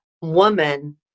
Woman